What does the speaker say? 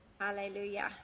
Hallelujah